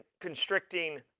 constricting